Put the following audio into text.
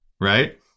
right